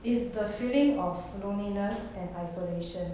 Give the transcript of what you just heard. is the feeling of loneliness and isolation